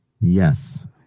yes